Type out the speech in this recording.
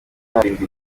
arindwi